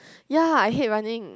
ya I hate running